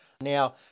Now